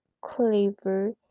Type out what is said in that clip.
clever